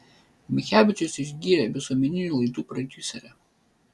michevičius išgyrė visuomeninių laidų prodiuserę